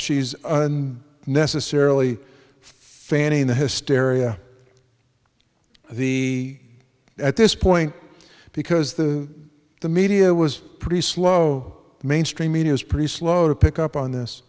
she's and necessarily fanning the hysteria he at this point because the the media was pretty slow mainstream media is pretty slow to pick up on